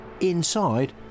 inside